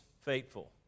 faithful